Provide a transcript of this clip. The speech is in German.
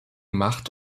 macht